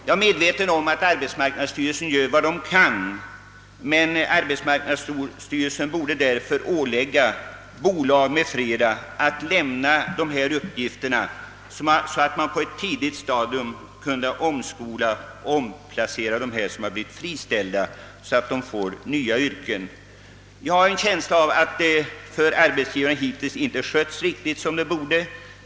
Jag är medveten om att arbetsmarknadsstyrelsen gör vad den kan, men den borde också ålägga bolag m.fl. att lämna dessa uppgifter, så att man på ett tidigt stadium kan omskola och omplacera den friställda arbetskraften. Jag har en känsla av att arbetsgivaren hittills inte har skött detta på rätt 'sätt.